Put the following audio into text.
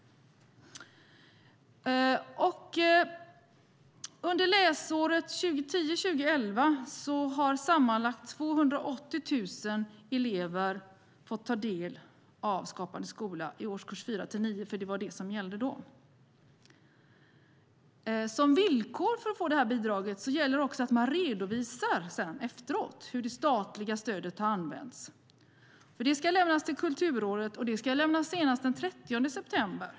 Under läsåret 2010/11 har sammanlagt 280 000 elever fått ta del av Skapande skola i årskurserna 4-9, för det var det som gällde då. Som villkor för att få bidraget gäller att man efteråt redovisar hur det statliga stödet har använts. Den redovisningen ska lämnas till Kulturrådet senast den 30 september.